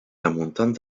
ermuntern